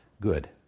good